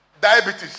diabetes